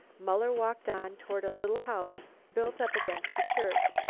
muller walked on toward a little house built up against the church,